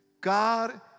God